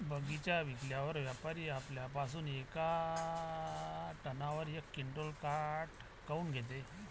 बगीचा विकल्यावर व्यापारी आपल्या पासुन येका टनावर यक क्विंटल काट काऊन घेते?